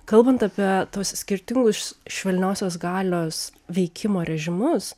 kalbant apie tuos skirtingus švelniosios galios veikimo režimus